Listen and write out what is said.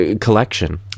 collection